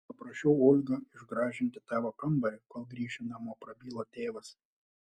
paprašiau olgą išgražinti tavo kambarį kol grįši namo prabilo tėvas